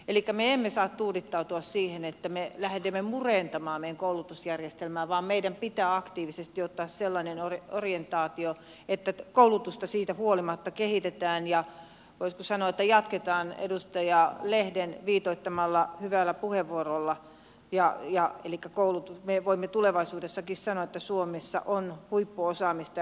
me emme saa tuudittautua siihen että me lähdemme murentamaan meidän koulutusjärjestelmäämme vaan meidän pitää aktiivisesti ottaa sellainen orientaatio että koulutusta siitä huolimatta kehitetään ja voisiko sanoa jatketaan edustaja lehden hyvän puheenvuoron viitoittamalla tiellä elikkä että me voimme tulevaisuudessakin sanoa että suomessa on huippuosaamista ja huippuosaajia